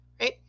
right